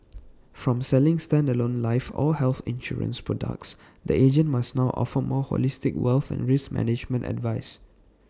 from selling standalone life or health insurance products the agent must now offer more holistic wealth and risk management advice